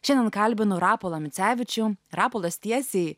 šiandien kalbinu rapolą micevičių rapolas tiesiai